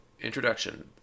introduction